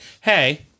hey